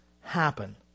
happen